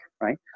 right